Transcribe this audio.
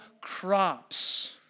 crops